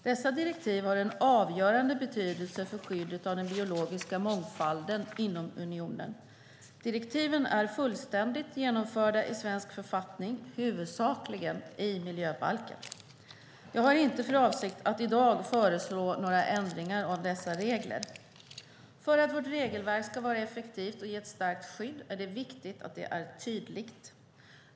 Dessa direktiv har en avgörande betydelse för skyddet av den biologiska mångfalden inom unionen. Direktiven är fullständigt genomförda i svensk författning, huvudsakligen i miljöbalken. Jag har inte för avsikt att i dag föreslå några ändringar av dessa regler. För att vårt regelverk ska vara effektivt och ge ett starkt skydd är det viktigt att det är tydligt.